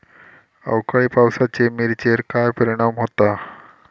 अवकाळी पावसाचे मिरचेर काय परिणाम होता?